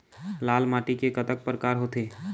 लाल माटी के कतक परकार होथे?